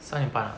三点半